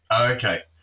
Okay